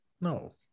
No